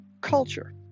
culture